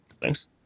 Thanks